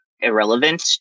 irrelevant